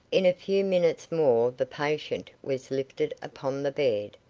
in a few minutes more the patient was lifted upon the bed,